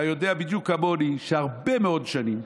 אתה יודע בדיוק כמוני שהרבה מאוד שנים,